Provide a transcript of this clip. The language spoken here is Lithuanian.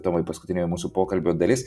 tomai paskutinė mūsų pokalbio dalis